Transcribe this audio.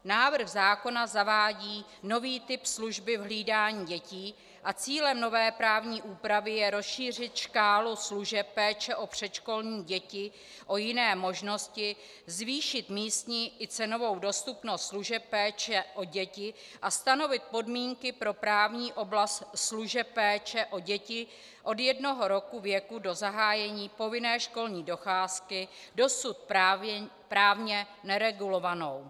Návrh zákona zavádí nový typ služby v hlídání dětí a cílem nové právní úpravy je rozšířit škálu služeb péče o předškolní děti o jiné možnosti zvýšit místní i cenovou dostupnost služeb péče o děti a stanovit podmínky pro právní oblast služeb péče o děti od jednoho roku věku do zahájení povinné školní docházky, dosud právně neregulovanou.